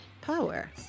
Power